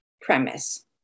premise